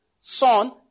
Son